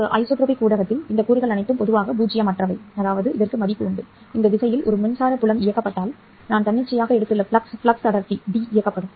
ஒரு ஐசோட்ரோபிக் ஊடகத்தில் இந்த கூறுகள் அனைத்தும் பொதுவாக பூஜ்ஜியமற்றவை அதாவது இந்த திசையில் ஒரு மின்சார புலம் இயக்கப்பட்டால் நான் தன்னிச்சையாக எடுத்துள்ள ஃப்ளக்ஸ் அடர்த்தி ́D இயக்கப்படும்